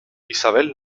isabel